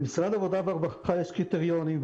למשרד העבודה והרווחה יש קריטריונים,